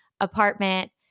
apartment